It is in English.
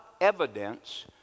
evidence